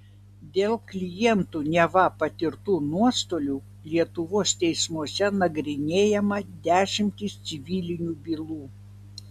dėl klientų neva patirtų nuostolių lietuvos teismuose nagrinėjama dešimtys civilinių bylų